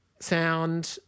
Sound